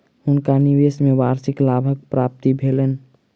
हुनका निवेश में वार्षिक लाभक प्राप्ति भेलैन